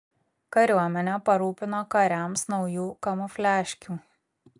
kariuomenę parūpino kariams naujų kamufliažkių